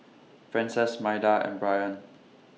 Frances Maida and Brien